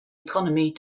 economy